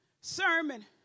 sermon